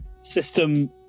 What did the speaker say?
system